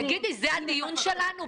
תגידי, זה הדיון שלנו?